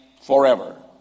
forever